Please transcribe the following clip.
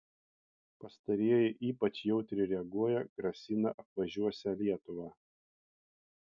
pastarieji ypač jautriai reaguoja grasina apvažiuosią lietuvą